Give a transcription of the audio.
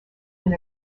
been